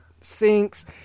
sinks